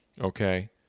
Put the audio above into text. okay